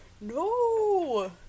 no